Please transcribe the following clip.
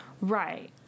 Right